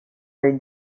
her